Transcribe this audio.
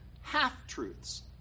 half-truths